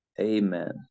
Amen